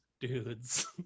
dudes